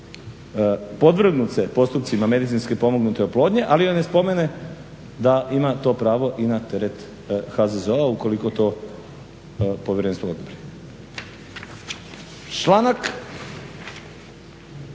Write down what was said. podvrgnut se postupcima medicinski pomognute oplodnje, ali joj ne spomene da ima to pravo i na teret HZZO-a ukoliko to povjerenstvo odobri.